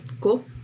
Cool